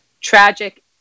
tragic